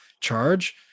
charge